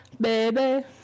baby